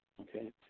Okay